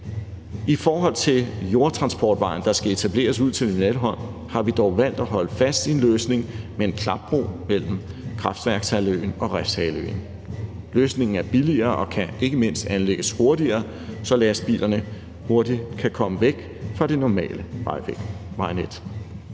I forhold til jordtransportvejen, der skal etableres ud til Lynetteholm, har vi dog valgt at holde fast i en løsning med en klapbro mellem Kraftværkshalvøen og Refshaleøen. Løsningen er billigere og kan ikke mindst anlægges hurtigere, så lastbilerne hurtigt kan komme væk fra det normale vejnet.